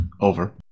Over